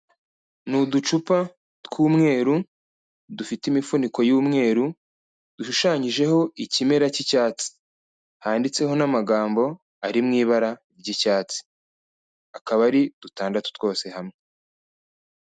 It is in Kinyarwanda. Ni uducupa tw'umweru, dufite imifuniko y'umweru, dushushanyijeho ikimera cy'icyatsi. Handitseho n'amagambo ari mu ibara ry'icyatsi. Akaba ari dutandatu twose hamwe.